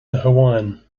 hawaiian